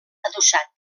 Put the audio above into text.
adossat